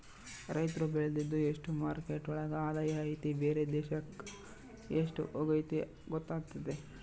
ರೈತ್ರು ಬೆಳ್ದಿದ್ದು ಎಷ್ಟು ಮಾರ್ಕೆಟ್ ಒಳಗ ಆದಾಯ ಐತಿ ಬೇರೆ ದೇಶಕ್ ಎಷ್ಟ್ ಹೋಗುತ್ತೆ ಗೊತ್ತಾತತೆ